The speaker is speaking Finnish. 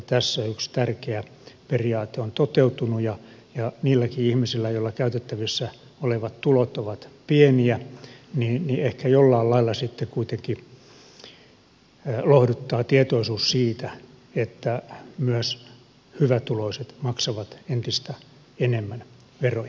tässä yksi tärkeä periaate on toteutunut ja niitäkin ihmisiä joilla käytettävissä olevat tulot ovat pieniä ehkä jollain lailla sitten kuitenkin lohduttaa tietoisuus siitä että myös hyvätuloiset maksavat entistä enemmän veroja